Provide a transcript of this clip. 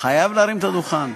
חייב להרים את הדוכן.